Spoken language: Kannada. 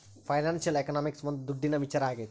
ಫೈನಾನ್ಶಿಯಲ್ ಎಕನಾಮಿಕ್ಸ್ ಒಂದ್ ದುಡ್ಡಿನ ವಿಚಾರ ಆಗೈತೆ